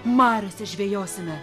mariose žvejosime